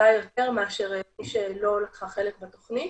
עלה יותר מאשר מי שלא לקחה חלק בתוכנית.